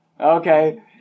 Okay